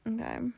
okay